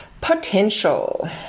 potential